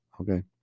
Okay